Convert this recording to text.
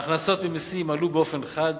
ההכנסות ממסים עלו באופן חד.